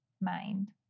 mind